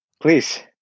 Please